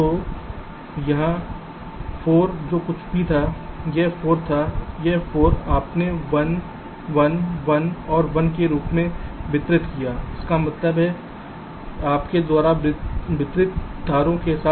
तो यह 4 जो कुछ भी था यह 4 था यह 4 आपने 1 1 1 और 1 के रूप में वितरित किया इसका मतलब है आपके द्वारा वितरित तारों के साथ